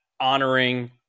honoring